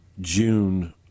June